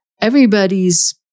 Everybody's